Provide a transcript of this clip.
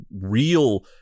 real